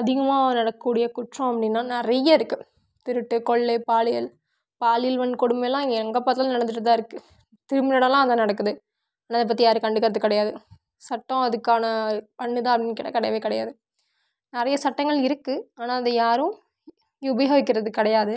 அதிகமாக நடக்கக்கூடிய குற்றம் அப்படின்னா நிறைய இருக்குது திருட்டு கொள்ளை பாலியல் பாலியல் வன்கொடுமையெலாம் இங்கே எங்கே பார்த்தாலும் நடந்துகிட்டு தான் இருக்குது திரும்பின எடோமெலாம் அதுதான் நடக்குது ஆனால் அதைப் பற்றி யாரும் கண்டுக்கிறது கிடையாது சட்டம் அதுக்கான கிடையவே கிடையாது நிறைய சட்டங்கள் இருக்குது ஆனால் அதை யாரும் உபயோகிக்கிறது கிடையாது